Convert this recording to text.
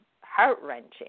heart-wrenching